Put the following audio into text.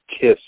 kiss